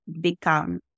become